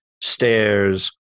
stairs